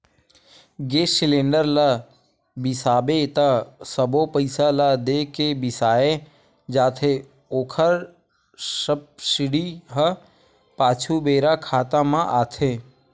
गेस cylinder ल बिसाबे त सबो पइसा ल दे के बिसाए जाथे ओखर सब्सिडी ह पाछू बेरा खाता म आथे